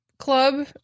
Club